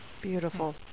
Beautiful